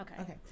Okay